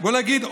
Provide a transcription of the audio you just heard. בוא נגיד,